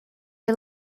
you